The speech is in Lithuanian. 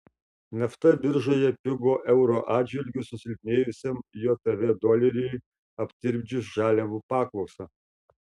nafta biržoje pigo euro atžvilgiu susilpnėjusiam jav doleriui aptirpdžius žaliavų paklausą